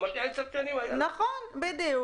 אמרתי להם --- נכון, בדיוק.